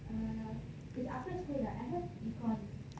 err it's after school டா:da I have econs